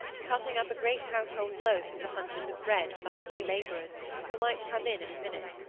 cutting up a great household loaf into hunches of bread the hungry labourers who might come in any minute,